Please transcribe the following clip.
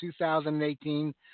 2018